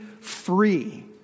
free